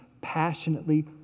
passionately